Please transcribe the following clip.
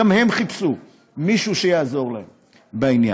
גם הם חיפשו מישהו שיעזור להם בעניין?